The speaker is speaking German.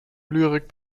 lyrik